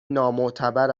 نامعتبر